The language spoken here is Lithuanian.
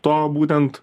to būtent